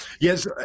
yes